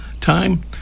Time